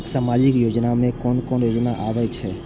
सामाजिक योजना में कोन कोन योजना आबै छै?